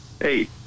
hey